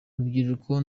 urubyiruko